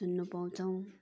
सुन्नु पाउँछौँ